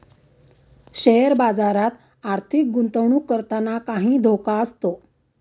share बाजारात आर्थिक गुंतवणूक करताना काही धोका असतो